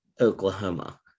Oklahoma